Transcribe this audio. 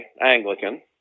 Anglican